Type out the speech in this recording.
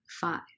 five